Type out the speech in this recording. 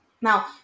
Now